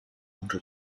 unter